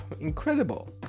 incredible